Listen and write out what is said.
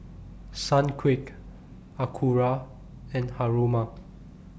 Sunquick Acura and Haruma